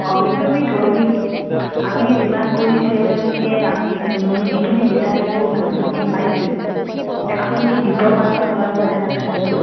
অঁ সেইটো আমি ধৰি দিম আমি যিমান কৰিছোঁ এতিয়ালৈকে আমি যি যিখিনি বিচাৰিছোঁ লাভটো আমি পাইছোৱে এতিয়া আপুনি দিব পাৰেনে নোৱাৰে বা তেনেকৈ